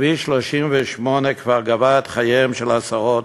וכביש 38 כבר גבה את חייהם של עשרות,